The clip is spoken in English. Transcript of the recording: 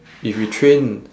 if we train